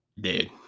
dude